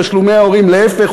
תשלומי ההורים, להפך.